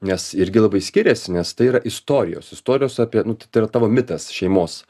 nes irgi labai skiriasi nes tai yra istorijos istorijos apie nu tai yra tavo mitas šeimos